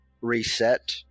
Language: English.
reset